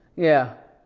yeah.